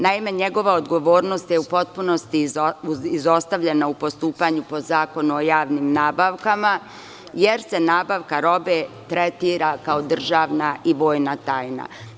Naime, njegova odgovornost je u potpunosti izostavljena u postupanju po Zakonu o javnim nabavkama, jer se nabavka robe tretira kao državna i vojna tajna.